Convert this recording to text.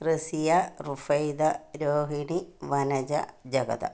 Raziya Rufaida Rohini Vanaja Jagda